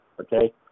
Okay